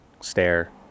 stare